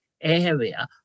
area